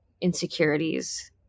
insecurities